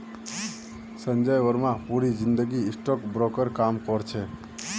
संजय बर्मा पूरी जिंदगी stock broker काम करो छे